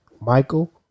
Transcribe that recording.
Michael